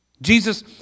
Jesus